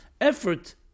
Effort